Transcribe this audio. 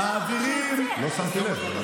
לא שמתי לב.